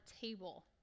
table